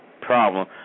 problem